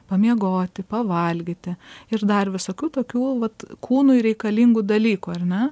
pamiegoti pavalgyti ir dar visokių tokių vat kūnui reikalingų dalykų ar ne